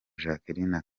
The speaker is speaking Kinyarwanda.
jacqueline